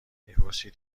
میپرسید